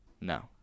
no